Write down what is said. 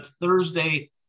Thursday